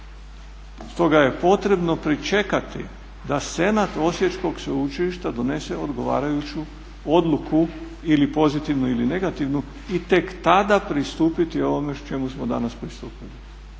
Stoga je potrebno pričekati da senat Osječkog sveučilišta donese odgovarajuću odluku ili pozitivnu ili negativnu i tek tada pristupiti ovome čemu smo danas pristupili.